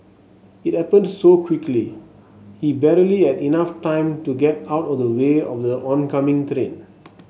it happened so quickly he barely had enough time to get out of the way of the oncoming